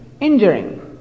injuring